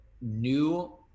new